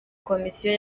komisiyo